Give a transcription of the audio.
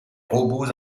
robots